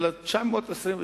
אלא 923,